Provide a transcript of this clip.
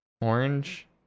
Orange